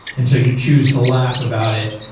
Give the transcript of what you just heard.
and so you choose to laugh about it.